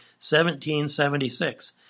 1776